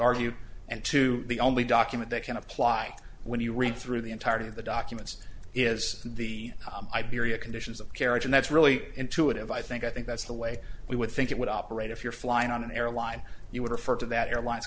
argue and to the only document that can apply when you read through the entirety of the documents is the iberia conditions of carriage and that's really intuitive i think i think that's the way we would think it would operate if you're flying on an airline you would refer to that airline